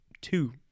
two